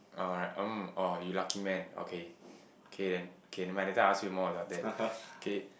oh right um !aww! you lucky man okay okay then okay nevermind later I ask you more about your dad